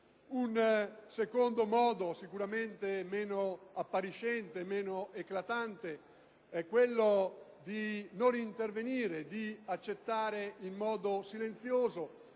Un secondo modo, sicuramente meno appariscente e meno eclatante, è quello di non intervenire, di accettare in modo silenzioso